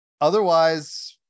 Otherwise